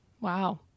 Wow